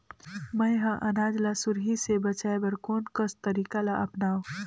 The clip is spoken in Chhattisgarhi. मैं ह अनाज ला सुरही से बचाये बर कोन कस तरीका ला अपनाव?